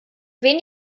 wen